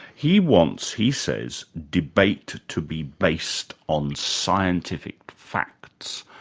he wants, he says, debate to be based on scientific facts.